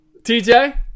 TJ